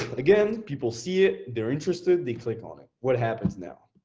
again, people see it, they're interested, they click on it, what happens now?